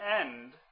end